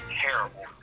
terrible